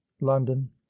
london